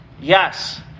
Yes